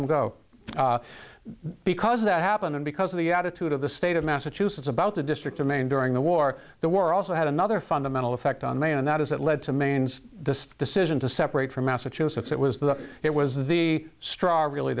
him go because that happened and because of the attitude of the state of massachusetts about the district of maine during the war the war also had another fundamental effect on maine and that is that led to man's decision to separate from massachusetts it was that it was the straw really